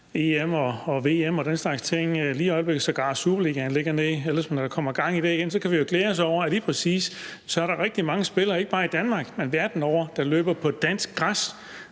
EM og VM og den slags ting – sågar superligaen er i øjeblikket lagt ned – så kan vi jo, når der kommer gang i det igen, lige præcis glæde os over, at der er rigtig mange spillere, ikke bare i Danmark, men verden over, der løber på dansk græs.